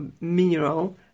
mineral